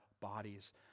bodies